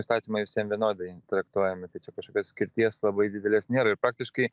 įstatymai visiem vienodai traktuojami tai čia kažkokios skirties labai didelės nėra ir praktiškai